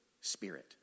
spirit